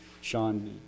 Sean